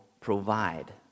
provide